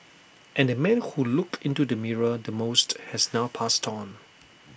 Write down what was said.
and the man who looked into the mirror the most has now passed on